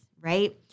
right